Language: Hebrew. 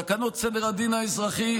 תקנות סדר הדין האזרחי,